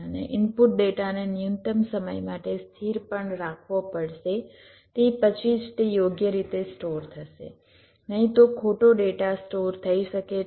અને ઇનપુટ ડેટાને ન્યૂનતમ સમય માટે સ્થિર પણ રાખવો પડશે તે પછી જ તે યોગ્ય રીતે સ્ટોર થશે નહીં તો ખોટો ડેટા સ્ટોર થઈ શકે છે